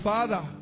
Father